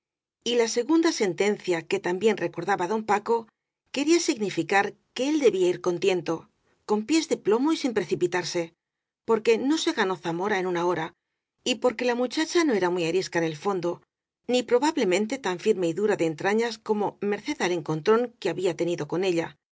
y la segunda sentencia que también recordaba don paco quería significar que él debía ir con tiento con pies de plomo y sin precipitarse porque no se ganó zamora en una hora y porque la muchacha no era muy arisca en el fondo ni probablemente tan firme y dura de entrañas como merced al encontrón que había tenido con ella